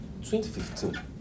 2015